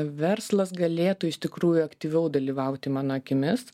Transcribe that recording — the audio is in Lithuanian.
verslas galėtų iš tikrųjų aktyviau dalyvauti mano akimis